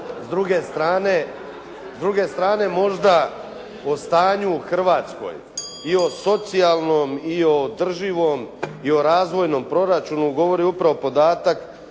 s druge strane možda o stanju u Hrvatskoj i o socijalnom i održivom i o razvojnom proračunu govori upravo podatak